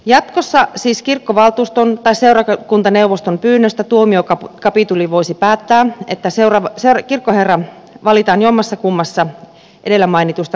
jatkossa siis kirkkovaltuuston tai seurakuntaneuvoston pyynnöstä tuomiokapituli voisi päättää että kirkkoherra valitaan jommallakummalla edellä mainitulla vaalitavalla